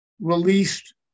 released